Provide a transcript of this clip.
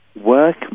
work